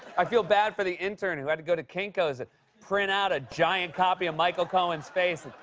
i feel bad for the intern who had to go to kinkos and print out a giant copy of michael cohen's face.